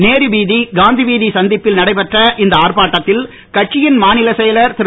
நேரு வீதி காந்தி வீதி சந்திப்பில் நடைபெற்ற இந்த ஆர்ப்பாட்டத்தில் கட்சியின் மாநிலச் செயலர் திரு